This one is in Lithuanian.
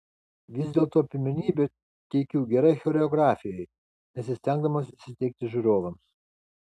vis dėlto pirmenybę teikiu gerai choreografijai nesistengdamas įsiteikti žiūrovams